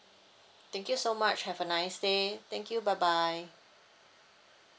thank you so much have a nice day thank you bye bye